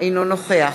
אינו נוכח